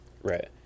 Right